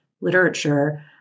literature